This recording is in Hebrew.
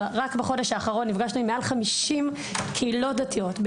רק בחודש האחרון נפגשנו עם מעל 50 קהילות דתיות,